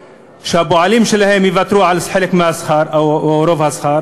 שהפועלים שלהם יוותרו על חלק מהשכר או על רוב השכר